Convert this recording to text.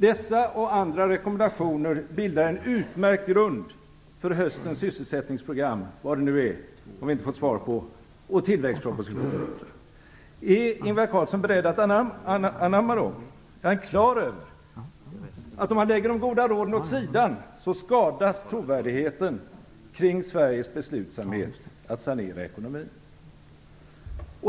Dessa och andra rekommendationer bildar en utmärkt grund för höstens sysselsättningsprogram - vad det nu är; det har vi inte fått svar på - i tillväxtpropositionen. Är Ingvar Carlsson beredd att anamma dem? Är han klar över, att om han lägger de goda råden åt sidan skadas trovärdigheten kring Sveriges beslutsamhet att sanera ekonomin?